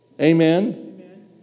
Amen